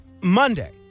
Monday